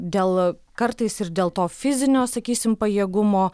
dėl kartais ir dėl to fizinio sakysim pajėgumo